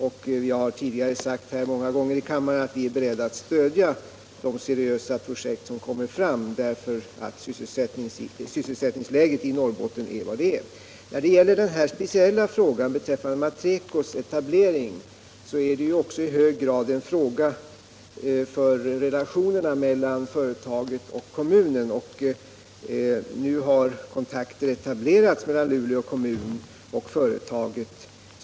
Vi har många gånger tidigare i kammaren sagt att vi är beredda att stödja de seriösa projekt som kommer fram, eftersom sysselsättningsläget i Norrbotten är sådant som det är. Den speciella frågan om Matrecos etablering är i hög grad en fråga om relationerna mellan företaget och kommunen. Nu har kontakter tagits mellan Luleå kommun och företaget.